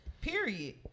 period